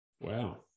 Wow